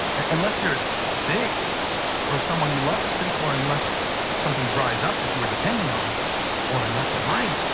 unless you're sick or someone you love is sick or unless something dries up that you were depending on or unless it might.